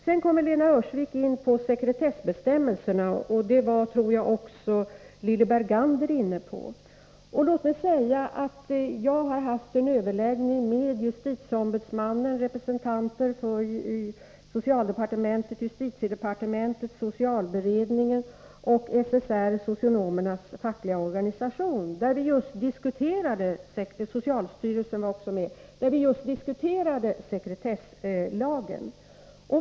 Lena Öhrsvik kom sedan in på sekretessbestämmelserna, och jag tror att också Lilly Bergander var inne på dem. Låt mig säga: Jag har haft en överläggning med justitieombudsmannen och representanter för socialdepartementet, justitiedepartementet, socialberedningen, socialstyrelsen och SSR, socionomernas fackliga organisation, där vi diskuterade just sekretesslagen.